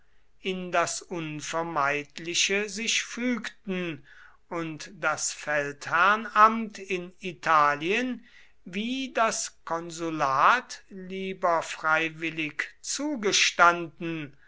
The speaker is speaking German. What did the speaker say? in das unvermeidliche sich fügten und das feldherrnamt in italien wie das konsulat lieber freiwillig zugestanden